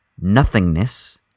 nothingness